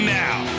now